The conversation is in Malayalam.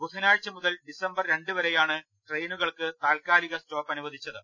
ബുധനാഴ്ച മുതൽ ഡിസംബർ രണ്ട് വരെയാണ് ട്രെയിനുകൾക്ക് താത്ക്കാലിക സ്റ്റോപ്പ് അനുവദിച്ചത്